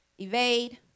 evade